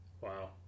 Wow